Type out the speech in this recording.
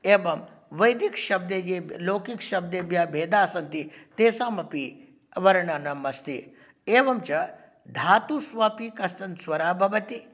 एवं वैदिकशब्दे ये लौकिकशब्देभ्यः भेदाः सन्ति तेषामपि वर्णनमस्ति एवञ्च धातुषु अपि कश्चन स्वरः भवति